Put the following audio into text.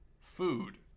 food